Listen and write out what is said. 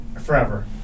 forever